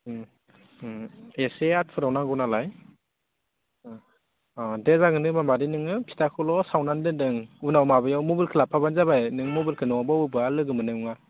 एसे आथुराव नांगौ नालाय अ दे जागोन दे होनबा मादै नोङो फिथाखौल' सावनानै दोनदो ओं उनाव माबायाव मबाइलखौ लाबोफाबानो जाबाय नों मबाइलखौ न'आव बावबोबाय लोगो मोननाय नङा